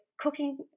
cooking